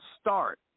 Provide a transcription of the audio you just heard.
start